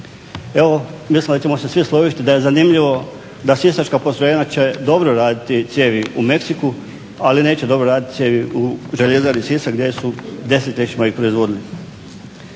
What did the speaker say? Evo mislim da ćemo se svi složiti da je zanimljivo da sisačko postrojenje će dobro raditi cijevi u Meksiku, ali neće dobro raditi cijevi u Željezari Sisak gdje su desetljećima ih proizvodili.